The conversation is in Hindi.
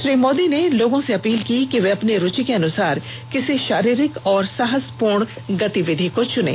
श्री मोदी ने लोगों से अपील की कि वे अपनी रूचि के अनुसार किसी शारीरिक और साहसपूर्ण गतिविधि को चुनें